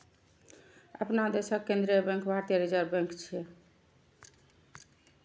अपना देशक केंद्रीय बैंक भारतीय रिजर्व बैंक छियै